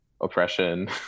Oppression